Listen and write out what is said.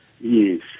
Yes